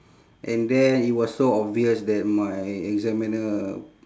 and then it was so obvious that my examiner